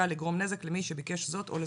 לגרום נזק למי שביקש זאת או לזולתו.